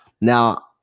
Now